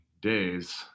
days